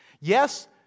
Yes